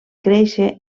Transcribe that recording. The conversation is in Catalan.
créixer